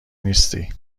نیستی